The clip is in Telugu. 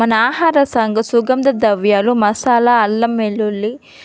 మన ఆహార సాగు సుగంధద్రవ్యాలు మసాలా అల్లం వెల్లుల్లీ